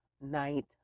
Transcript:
night